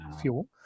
fuel